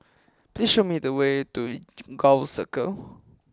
please show me the way to Gul Circle